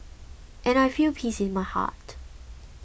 and I feel peace in my heart